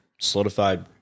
solidified